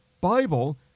Bible